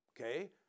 okay